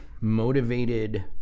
motivated